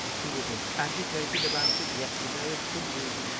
he was as agitated about it yesterday as could be,